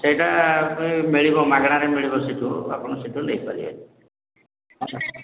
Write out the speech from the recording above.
ସେଇଟା ମିଳିବ ମାଗଣାରେ ମିଳିବ ସେଇଠୁ ଆପଣ ସେଇଠୁ ନେଇ ପାରିବେ ଆଚ୍ଛା